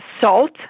salt